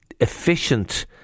efficient